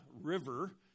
River